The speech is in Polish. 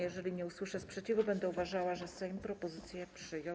Jeżeli nie usłyszę sprzeciwu, będę uważała, że Sejm propozycję przyjął.